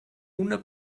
una